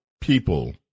people